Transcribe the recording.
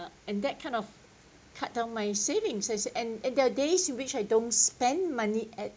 and that kind of cut down my savings and there are days you which I don't spend money at